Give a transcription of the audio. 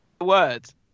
words